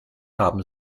haben